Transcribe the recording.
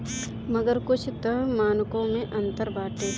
मगर कुछ तअ मानको मे अंतर बाटे